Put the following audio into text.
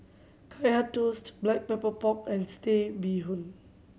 Kaya Toast Black Pepper Pork and Satay Bee Hoon